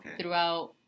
throughout